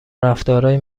رفتارهایی